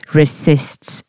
resists